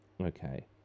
Okay